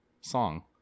song